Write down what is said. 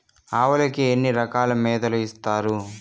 ఆవులకి ఎన్ని రకాల మేతలు ఇస్తారు?